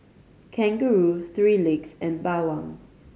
Kangaroo Three Legs and Bawang